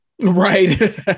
Right